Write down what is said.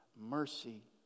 mercy